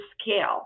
scale